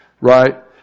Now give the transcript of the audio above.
right